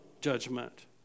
judgment